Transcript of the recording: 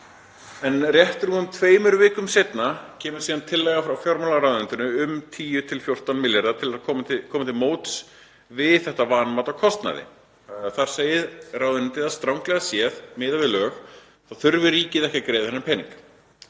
Rétt rúmum tveimur vikum seinna kemur tillaga frá fjármálaráðuneytinu um 10–14 milljarða til að koma til móts við þetta vanmat á kostnaði. Þar segir ráðuneytið að stranglega séð miðað við lög þurfi ríkið ekki að greiða þennan pening.